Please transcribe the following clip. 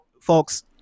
folks